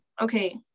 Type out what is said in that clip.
okay